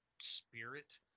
spirit